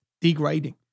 degrading